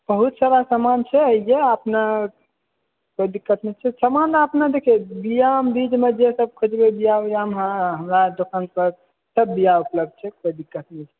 बहुत सारा सामान छै अइ जग अपना कोइ दिक्कत नहि छै सामान अपना देखियौ बिआ बीजमे जेसभ खोजबै बिआ वियामे हमरा दोकानपर सभ बिआ उपलब्ध छै कोइ दिक्कत नहि छै